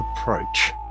approach